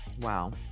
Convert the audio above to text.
wow